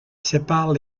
séparent